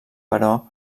però